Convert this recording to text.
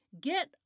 Get